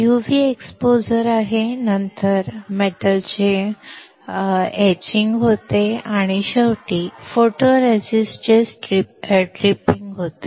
UV exposure आहे नंतर धातूचे कोरीव काम होते आणि शेवटी फोटोरेसिस्टचे ट्रिपिंग होते